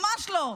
ממש לא.